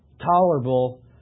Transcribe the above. tolerable